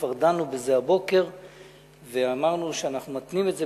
כבר דנו בזה הבוקר ואמרנו שאנחנו מתנים את זה